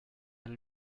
will